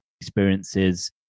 experiences